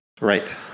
right